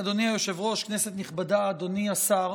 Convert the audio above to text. אדוני היושב-ראש, כנסת נכבדה, אדוני השר,